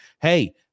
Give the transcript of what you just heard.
Hey